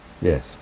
Yes